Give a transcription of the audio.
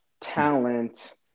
talent